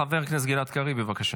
חבר הכנסת גלעד קריב, בבקשה.